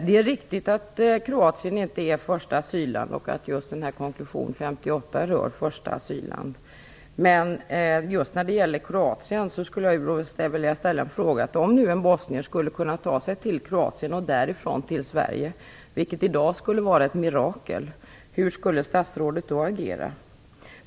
Det är riktigt att Kroatien inte är första asylland och att just konklusion 58 rör första asylland. Men när det gäller Kroatien skulle jag vilja ställa en fråga. Om nu en bosnier skulle kunna ta sig till Kroatien och därifrån till Sverige - vilket i dag skulle vara ett mirakel - hur skulle statsrådet då agera?